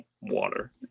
water